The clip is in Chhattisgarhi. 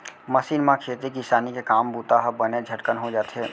मसीन म खेती किसानी के काम बूता ह बने झटकन हो जाथे